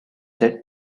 said